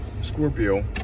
Scorpio